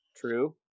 True